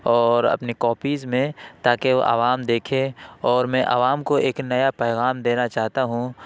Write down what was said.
اور اپنی کاپیز میں تاکہ وہ عوام دیکھے اور میں عوام کو ایک نیا پیغام دینا چاہتا ہوں